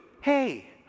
hey